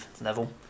level